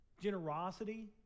generosity